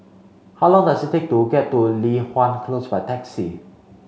how long does it take to get to Li Hwan Close by taxi